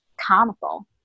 comical